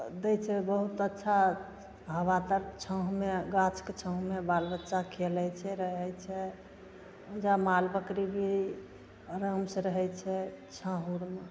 आ दै छै बहुत अच्छा हबा तक छाँहमे गाछके छाँहमे बालबच्चा खेलैत छै रहैत छै गाय माल बकरीभी आरामसे रहैत छै छाहरिमे